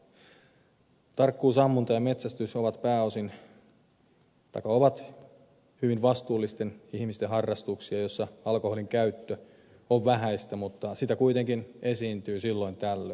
tarkkuusammunta ja metsästys ovat hyvin vastuullisten ihmisten harrastuksia joissa alkoholinkäyttö on vähäistä mutta sitä kuitenkin esiintyy silloin tällöin